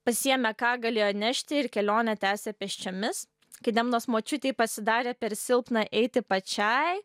pasiėmė ką galėjo nešti ir kelionę tęsė pėsčiomis kai demnos nors močiutei pasidarė per silpna eiti pačiai